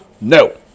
No